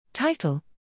Title